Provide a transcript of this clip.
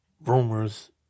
rumors